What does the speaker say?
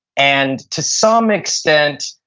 and to some extent,